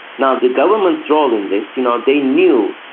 now, the government's role in this, you know they knew,